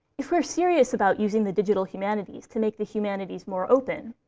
if we're serious about using the digital humanities to make the humanities more open,